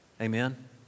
Amen